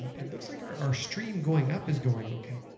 it looks like our stream going up is going okay.